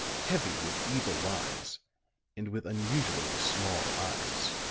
heavy with evil lines and with unusually small eyes.